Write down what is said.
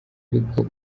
ariko